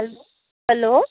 hello